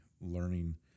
learning